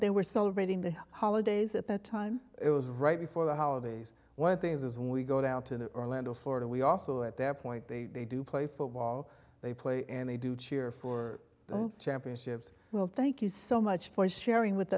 they were celebrating the holidays at the time it was right before the holidays one thing is when we go down to orlando florida we also at that point they they do play football they play and they do cheer for the championships well thank you so much point sharing with